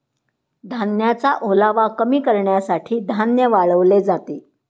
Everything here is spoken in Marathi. धान्याचा ओलावा कमी करण्यासाठी धान्य वाळवले जाते